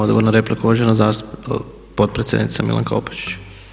Odgovor na repliku, uvažena potpredsjednica Milanka Opačić.